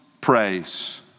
praise